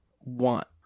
want